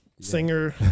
singer